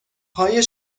های